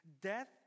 death